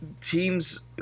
teams